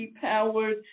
powered